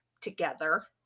together